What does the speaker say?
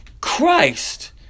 Christ